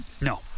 No